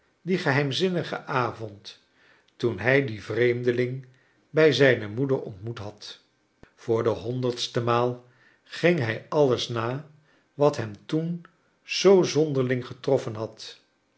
dien geheimzinnigen avond toen hij dien vreemdeling bij zijne moeder ontmoet had voor de honderdste maal ging hij alles na wat hem toen zoo zonderling getroffen had